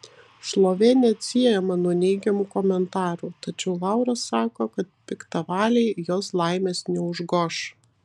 šlovė neatsiejama nuo neigiamų komentarų tačiau laura sako kad piktavaliai jos laimės neužgoš